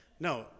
no